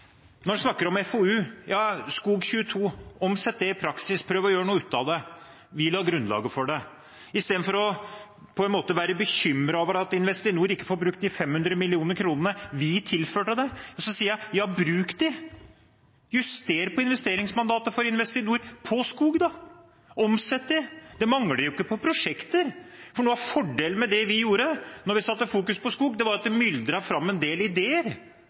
i praksis, prøv å gjøre noe ut av det. Vi la grunnlaget for det. Istedenfor på en måte å være bekymret over at Investinor ikke får brukt de 500 mill. kr vi tilførte det, så sier jeg: Bruk dem. Juster på investeringsmandatet for Investinor på skog. Omsett dem. Det mangler jo ikke prosjekter. Fordelen med det vi gjorde da vi satte skog i fokus, var at det myldret fram en del ideer,